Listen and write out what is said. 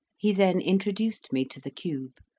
he then introduced me to the cube,